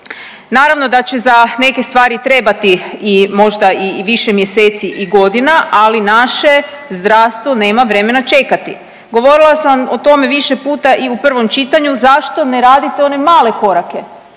naravno da će za neke stvari trebati i, možda i više mjeseci i godina, ali naše zdravstvo nema vremena čekati. Govorila sam o tome više puta i u prvom čitanju, zašto ne radite one male korake,